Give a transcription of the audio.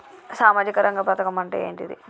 సామాజిక రంగ పథకం అంటే ఏంటిది?